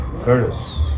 Curtis